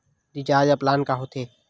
Recharge plan का होथे?